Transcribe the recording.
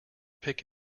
pick